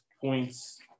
points